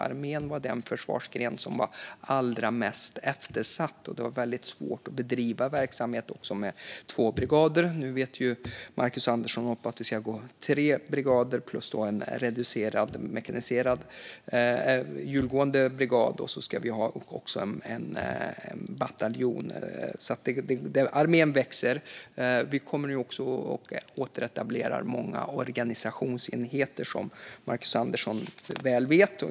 Armén var den försvarsgren som var allra mest eftersatt, och det var väldigt svårt att bedriva verksamhet med två brigader. Nu vet ju Marcus Andersson att vi ska gå upp till tre brigader plus en reducerad mekaniserad hjulgående brigad. Vi ska även ha en bataljon. Armén växer alltså. Vi kommer också att återetablera många organisationsenheter, vilket Marcus Andersson väl vet.